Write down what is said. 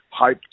hyped